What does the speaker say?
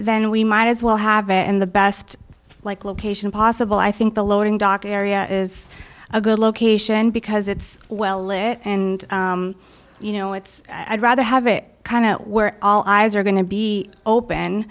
then we might as well have it in the best like location possible i think the loading dock area is a good location because it's well lit and you know it's i druther have it kind of where all eyes are going to be open